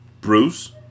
Bruce